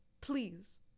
Please